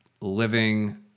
living